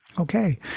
Okay